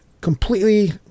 completely